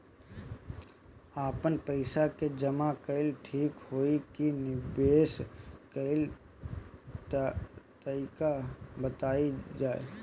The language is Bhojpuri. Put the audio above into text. आपन पइसा के जमा कइल ठीक होई की निवेस कइल तइका बतावल जाई?